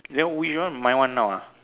then which one my one now ah